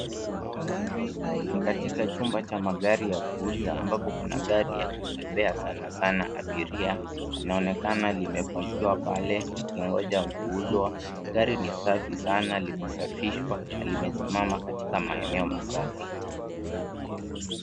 Ni katika chumba cha magari ya kuuza ambapo kuna gari ya kubeba sana sana abiria. Linaonekana limepakiwa pale likingoja kuuzwa. Gari ni safi sana. Limesafishwa na limesimama katika maeneo masafi.